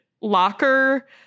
locker